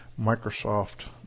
Microsoft